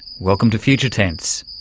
welcome to future tense.